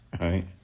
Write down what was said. right